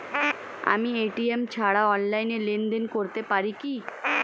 আমি এ.টি.এম ছাড়া অনলাইনে লেনদেন করতে পারি কি?